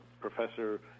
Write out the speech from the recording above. professor